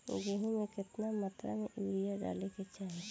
गेहूँ में केतना मात्रा में यूरिया डाले के चाही?